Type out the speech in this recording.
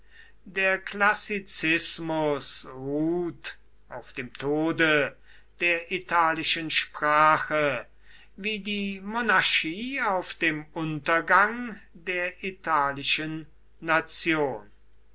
der klassizismus ruht auf dem tode der italischen sprache wie die monarchie auf dem untergang der italischen nation